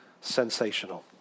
sensational